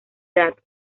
datos